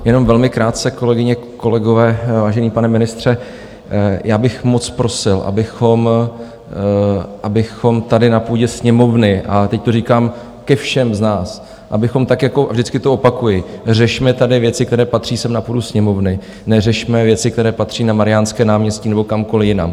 Jenom velmi krátce, kolegyně, kolegové, vážený pane ministře, já bych moc prosil, abychom tady, na půdě Sněmovny, a teď to říkám ke všem z nás, abychom tak jako a vždycky to opakuji řešme tady věci, které patří sem, na půdu Sněmovny, neřešme věci, které patří na Mariánské náměstí nebo kamkoli jinam.